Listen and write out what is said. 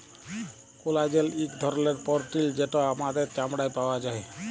collagen ইক ধরলের পরটিল যেট আমাদের চামড়ায় পাউয়া যায়